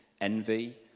envy